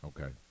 Okay